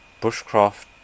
Bushcraft